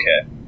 okay